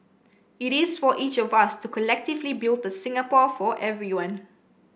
it is for each of us to collectively build a Singapore for everyone